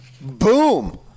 Boom